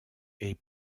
est